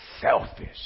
selfish